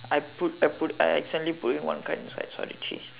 I put I put I accidentally put in one card inside so I only have three